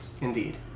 Indeed